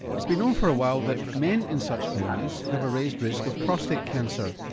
it's been known for a while that men in such families have a raised risk of prostate cancer.